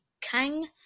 Kang